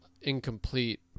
incomplete